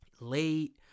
Late